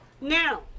Now